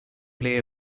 play